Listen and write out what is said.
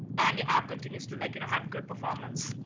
and you app continues to like you know have good performance.